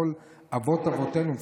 כל אבות-אבותינו,